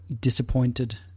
disappointed